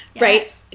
right